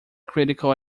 critical